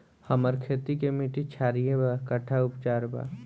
हमर खेत के मिट्टी क्षारीय बा कट्ठा उपचार बा?